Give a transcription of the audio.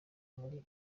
muri